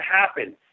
happen